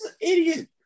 idiot